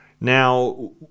Now